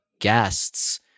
guests